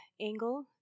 angle